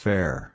Fair